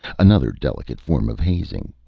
another delicate form of hazing.